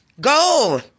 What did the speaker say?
Go